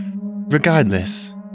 Regardless